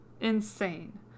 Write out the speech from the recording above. insane